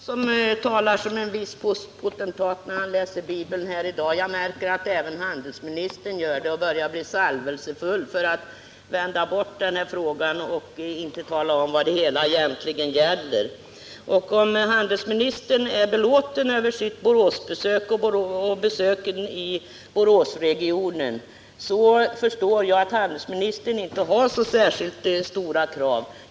Herr talman! Det är tydligen inte bara Sven Andersson i Örebro som talar såsom en viss potentat läser Bibeln. Jag märker att även handelsministern gör det. Dessutom börjar han bli salvelsefull när det gäller att vända bort frågan och inte tala om vad det hela egentligen gäller. Om handelsministern är belåten med sitt Boråsbesök, förstår jag att han inte har så särskilt stora krav.